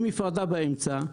עם מפרדה באמצע,